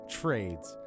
trades